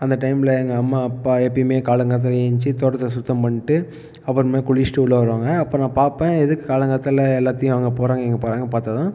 அந்த டைமில் எங்கள் அம்மா அப்பா எப்போயுமே காலங்கார்த்தால எழுந்திரிச்சு தோட்டத்தை சுத்தம் பண்ணிவிட்டு அப்புறம் மேல் குளிச்சுட்டு உள்ளே வருவாங்க அப்புறம் பார்ப்பேன் எதுக்கு காலங்கார்த்தால எல்லோத்தையும் அங்கே போகிறாங்க இங்கே போகிறாங்க பார்த்ததும்